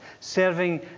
serving